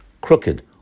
crooked